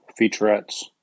featurettes